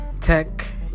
tech